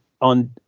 On